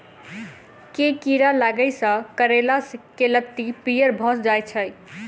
केँ कीड़ा लागै सऽ करैला केँ लत्ती पीयर भऽ जाय छै?